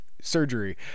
surgery